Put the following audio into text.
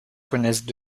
connaissent